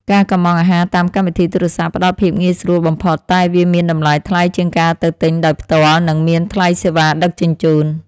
ការកម្ម៉ង់អាហារតាមកម្មវិធីទូរស័ព្ទផ្ដល់ភាពងាយស្រួលបំផុតតែវាមានតម្លៃថ្លៃជាងការទៅទិញដោយផ្ទាល់និងមានថ្លៃសេវាដឹកជញ្ជូន។